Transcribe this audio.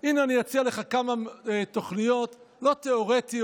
הינה, אני אציע לך כמה תוכניות לא תיאורטיות,